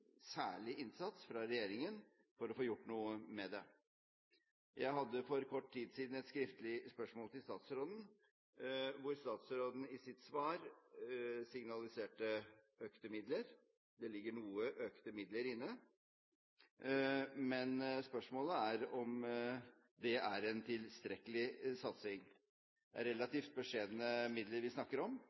særlig innsats fra regjeringen for å få gjort noe med det. Jeg hadde for kort tid siden et skriftlig spørsmål til statsråden, hvor statsråden i sitt svar signaliserte økte midler. Det ligger noe økte midler inne, men spørsmålet er om det er en tilstrekkelig satsing. Det er relativt beskjedne midler vi snakker om.